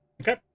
Okay